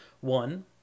One